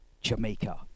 Jamaica